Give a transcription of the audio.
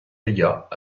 légat